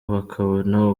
bakabona